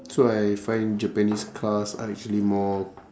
so I find japanese cars are actually more